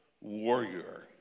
warrior